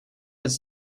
it’s